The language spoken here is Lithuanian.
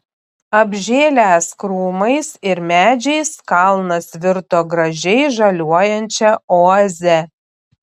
apžėlęs krūmais ir medžiais kalnas virto gražiai žaliuojančia oaze